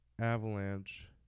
Avalanche